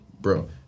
bro